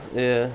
ya